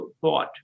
thought